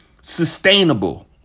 sustainable